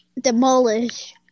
demolish